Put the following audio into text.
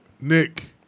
Nick